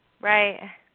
Right